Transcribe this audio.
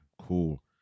cool